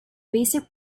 basic